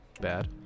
bad